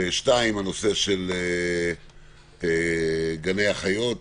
הנושא של גני החיות